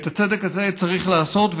את הצדק הזה צריך לעשות,